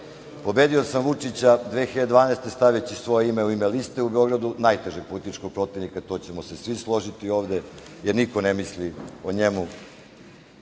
tamo. Pobedio sam Vučića 2012. godine, stavljajući svoje ime u ime liste u Beogradu, najtežeg političkog protivnika, i tu ćemo se svi složiti ovde, jer niko ne misli o njemu